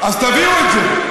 אז תביאו את זה.